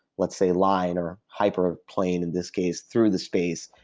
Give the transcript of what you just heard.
let's say, line or hyper plane in this case through the space,